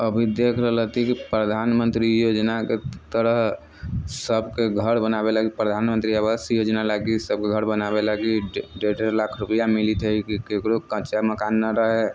अभी देख रहल हेति कि प्रधानमंत्री योजनाके तरह सभके घर बनाबय लागि प्रधानमंत्री आवास योजना लागि सभके घर बनाबय लागि डेढ़ डेढ़ लाख रुपैआ मिलैत हइ कि ककरो कच्चा मकान न रहै